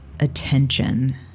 attention